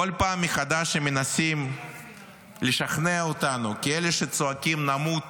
בכל פעם מחדש הם מנסים לשכנע אותנו כי אלה שצועקים "נמות